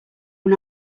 own